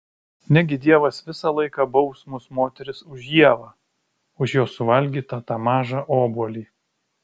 negi dievas visą laiką baus mus moteris už ievą už jos suvalgytą tą mažą obuolį